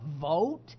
vote